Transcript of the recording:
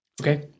Okay